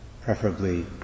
preferably